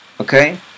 Okay